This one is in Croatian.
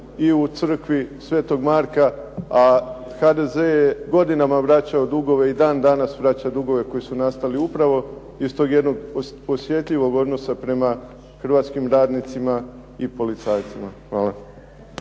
i u crkvi sv. Marka, a HDZ je godinama vraćao dugove, i dan danas vraća dugove koji su nastali upravo iz tog jednog osjetljivog odnosa prema hrvatskim radnicima i policajcima. Hvala.